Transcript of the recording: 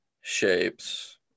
shapes